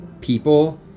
people